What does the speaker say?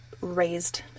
raised